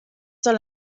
soll